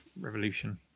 revolution